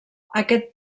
aquest